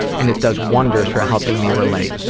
and it does wonders for helping me relate.